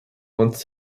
wants